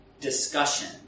discussion